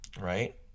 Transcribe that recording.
right